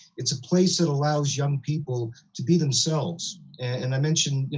it's a place that allows young people to be themselves. and i mentioned,